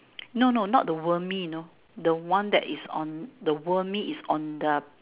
no no not the wormy you know the one that is on the wormy is on the